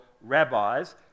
rabbis